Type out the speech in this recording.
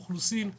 ביקורת אוכלוסין,